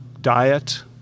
diet